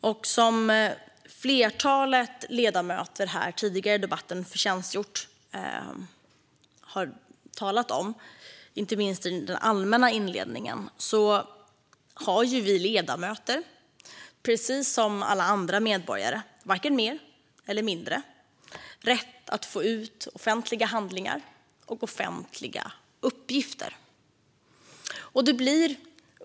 Som ett flertal ledamöter förtjänstfullt har redogjort för tidigare i debatten, inte minst i den allmänna inledningen, har vi ledamöter precis som alla andra medborgare, varken mer eller mindre, rätt att få ut offentliga handlingar och uppgifter.